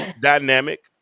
dynamic